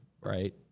Right